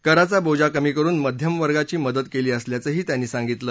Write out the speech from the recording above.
कराचा बोजा कमी करुन मध्यम वर्गाची मदत केली असल्याचं ही त्यांनी सांगितलं